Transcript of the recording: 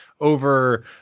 over